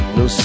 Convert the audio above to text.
no